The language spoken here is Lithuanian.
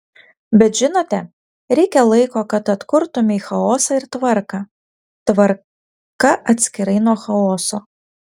bet žinote reikia laiko kad atkurtumei chaosą ir tvarką tvarka atskirai nuo chaoso